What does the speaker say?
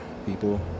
people